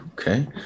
okay